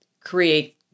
create